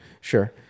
sure